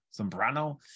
Sombrano